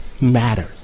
matters